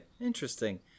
interesting